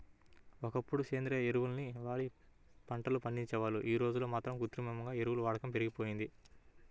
ఒకప్పుడు సేంద్రియ ఎరువుల్ని వాడి పంటలు పండించేవారు, యీ రోజుల్లో మాత్రం కృత్రిమ ఎరువుల వాడకం పెరిగిపోయింది